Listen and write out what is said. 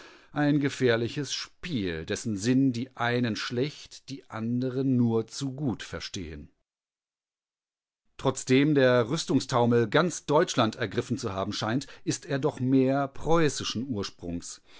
ein gefährliches spiel dessen sinn die einen schlecht die andern nur zu gut verstehen trotzdem der rüstungstaumel ganz deutschland ergriffen zu haben scheint ist er doch mehr preußischen ursprungs